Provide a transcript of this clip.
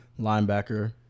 linebacker